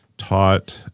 Taught